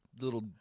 little